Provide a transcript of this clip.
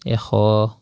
এশ